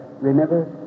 remember